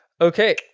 Okay